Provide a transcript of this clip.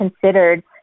considered